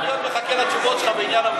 אני עוד מחכה לתשובות שלך בעניין,